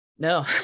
No